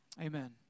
Amen